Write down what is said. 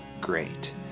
great